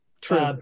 True